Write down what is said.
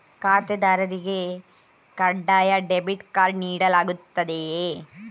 ಖಾತೆದಾರರಿಗೆ ಕಡ್ಡಾಯ debit card ನೀಡಲಾಗುತ್ತದೆಯೇ?